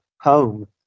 home